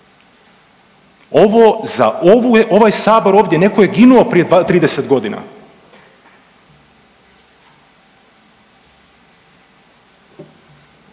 ovu je, ovaj sabor ovdje netko je ginuo prije 30 godina.